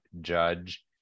judge